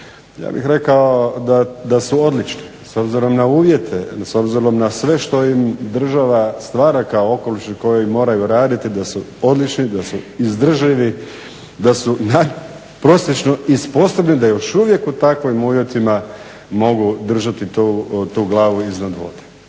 Ja bih rekao da su odlični s obzirom na uvjete, s obzirom na sve što im država stvara kao okoliš u kojem moraju raditi da su odlični, da su izdržljivi, da su nadprosječno i sposobni da još uvijek u takvim uvjetima mogu držati tu glavu iznad vode.